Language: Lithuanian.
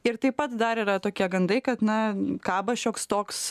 ir taip pat dar yra tokie gandai kad na kaba šioks toks